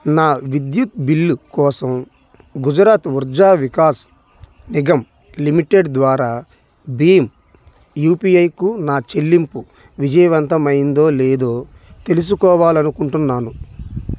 నా విద్యుత్ బిల్లు కోసం గుజరాత్ ఉర్జా వికాస్ నిగమ్ లిమిటెడ్ ద్వారా భీమ్ యూపిఐకు నా చెల్లింపు విజయవంతమైందో లేదో తెలుసుకోవాలనుకుంటున్నాను